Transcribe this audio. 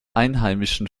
einheimischen